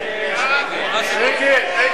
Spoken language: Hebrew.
ההצעה להסיר את הנושא מסדר-היום של הכנסת